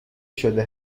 شده